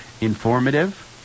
Informative